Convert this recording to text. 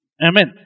Amen